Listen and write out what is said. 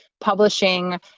publishing